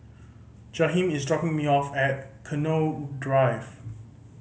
Jaheem is dropping me off at Connaught Drive